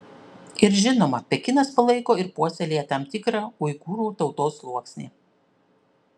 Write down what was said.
ir žinoma pekinas palaiko ir puoselėja tam tikrą uigūrų tautos sluoksnį